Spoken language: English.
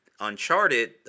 Uncharted